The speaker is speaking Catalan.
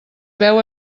veu